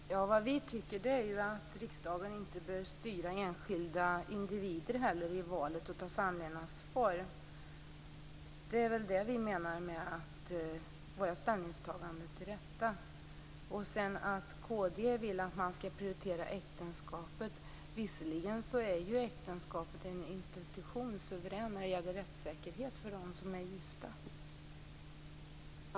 Fru talman! Det vi tycker är att riksdagen inte bör styra enskilda individer i valet av samlevnadsform. Det är väl det vi menar med våra ställningstaganden till detta. Kd vill att man skall prioritera äktenskapet. Äktenskapet är en suverän institution när det gäller rättssäkerhet för dem som är gifta.